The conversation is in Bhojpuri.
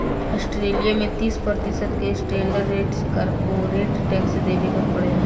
ऑस्ट्रेलिया में तीस प्रतिशत के स्टैंडर्ड रेट से कॉरपोरेट टैक्स देबे के पड़ेला